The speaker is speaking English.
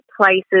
places